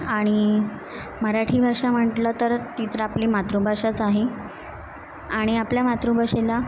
आणि मराठी भाषा म्हटलं तर ती तर आपली मातृभाषाच आहे आणि आपल्या मातृभाषेला